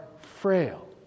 frail